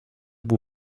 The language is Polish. był